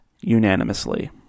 unanimously